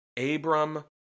Abram